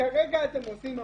וכרגע אתם עושים הפוך.